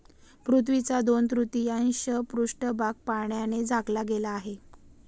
पृथ्वीचा दोन तृतीयांश पृष्ठभाग पाण्याने झाकला गेला आहे